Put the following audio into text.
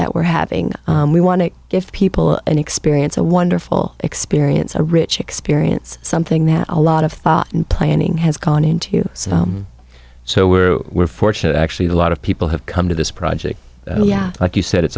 that we're having we want to give people an experience a wonderful experience a rich experience something that a lot of thought and planning has gone into so we're we're fortunate actually a lot of people have come to this project like you said it's